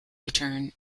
return